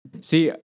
See